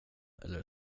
eller